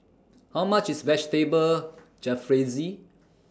How much IS Vegetable Jalfrezi